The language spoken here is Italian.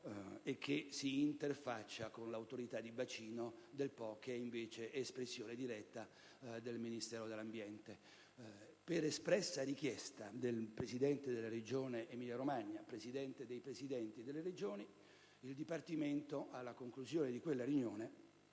Po che si interfaccia con l'Autorità di bacino del Po, che è invece espressione diretta del Ministero dell'ambiente. Per espressa richiesta del presidente della Regione Emilia-Romagna e del presidente della Conferenza dei presidenti delle Regioni, il Dipartimento, alla conclusione di quella riunione,